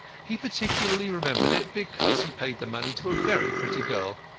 he particularly remembered it, because he paid the money to a very pretty girl.